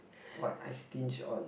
what I stinge on